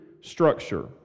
structure